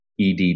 EDD